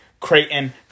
Creighton